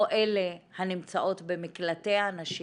או אלה הנמצאות במקלטי הנשים,